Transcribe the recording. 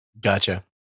Gotcha